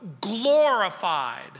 glorified